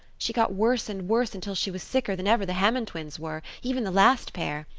she got worse and worse until she was sicker than ever the hammond twins were, even the last pair.